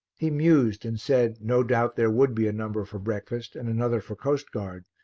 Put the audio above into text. he mused and said no doubt there would be a number for breakfast and another for coastguard,